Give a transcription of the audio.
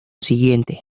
siguiente